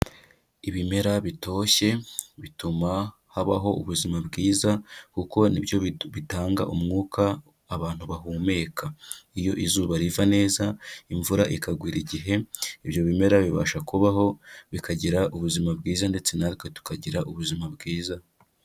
Ibimera bitoshye bituma habaho ubuzima bwiza, kuko ni byo bitanga umwuka abantu bahumeka. Iyo izuba riva neza, imvura ikagwira igihe ibyo bimera bibasha kubaho bikagira ubuzima bwiza ndetse natwe tukagira ubuzima bwiza.